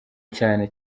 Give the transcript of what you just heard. cyane